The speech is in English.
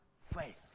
faith